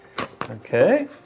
Okay